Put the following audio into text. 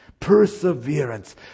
perseverance